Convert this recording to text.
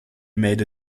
made